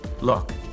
Look